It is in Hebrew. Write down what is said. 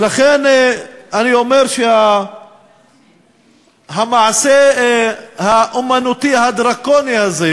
ולכן אני אומר שהמעשה האמנותי הדרקוני הזה